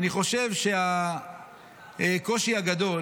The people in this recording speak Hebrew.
אני חושב שהקושי הגדול